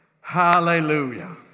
Hallelujah